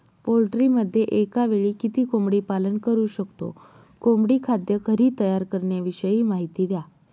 पोल्ट्रीमध्ये एकावेळी किती कोंबडी पालन करु शकतो? कोंबडी खाद्य घरी तयार करण्याविषयी माहिती द्या